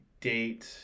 date